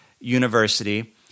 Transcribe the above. University